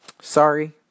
sorry